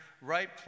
Right